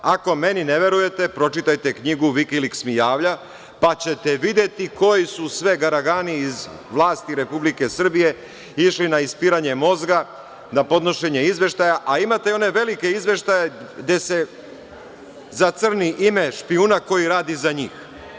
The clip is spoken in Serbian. Ako meni ne verujete, pročitajte knjigu „Vikiliks mi javlja“, pa ćete videti koji su sve garagani iz vlasti Republike Srbije išli na ispiranje mozga, na podnošenje izveštaja, a imate i one velike izveštaje gde se zacrni ime špijuna koji radi za njih.